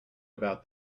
about